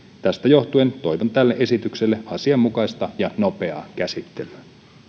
tästä johtuen toivon tälle esitykselle asianmukaista ja nopeaa käsittelyä